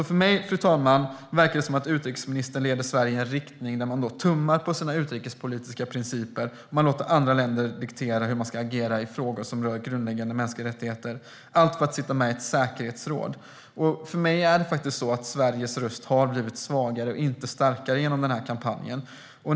För mig, fru talman, verkar det alltså som att utrikesministern leder Sverige i en riktning där man tummar på sina utrikespolitiska principer. Man låter andra länder diktera hur man ska agera i frågor som rör grundläggande mänskliga rättigheter - allt för att få sitta med i ett säkerhetsråd. Som jag ser det har Sveriges röst faktiskt blivit svagare och inte starkare genom kampanjen.